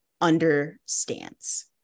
understands